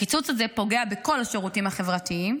הקיצוץ הזה פוגע בכל השירותים החברתיים,